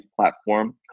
platform